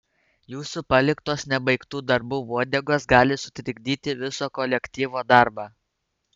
jūsų paliktos nebaigtų darbų uodegos gali sutrikdyti viso kolektyvo darbą